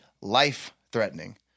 life-threatening